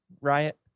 riot